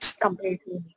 completely